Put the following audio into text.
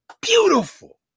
beautiful